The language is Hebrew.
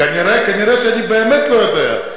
כנראה שאני באמת לא יודע.